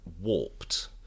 warped